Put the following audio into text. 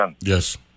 Yes